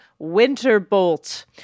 Winterbolt